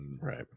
Right